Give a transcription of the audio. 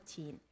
15